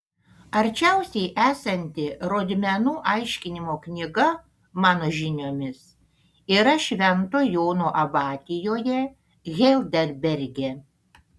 arčiausiai esanti rodmenų aiškinimo knyga mano žiniomis yra švento jono abatijoje heidelberge